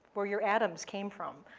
where your atoms came from,